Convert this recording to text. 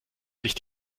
sich